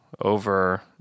over